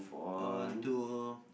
on to